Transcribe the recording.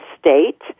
state